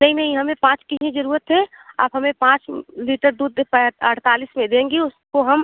नहीं नहीं हमें पाँच की ही ज़रूरत है आप हमें पाँच लीटर दूध अड़तालीस में देंगी उसको हम